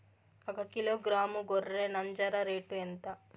ఒకకిలో గ్రాము గొర్రె నంజర రేటు ఎంత?